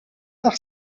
par